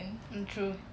mm true